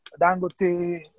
dangote